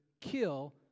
kill